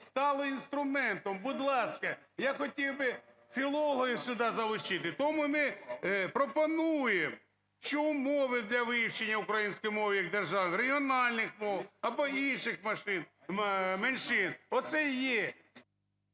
стало інструментом. Будь ласка, я хотів би філологів сюди залучити. Тому ми пропонуємо, що умови для вивчення української мови як державної, регіональних мов або інших меншин, оце і є…